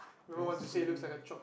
lets say